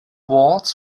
waltz